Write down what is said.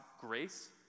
grace